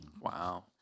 Wow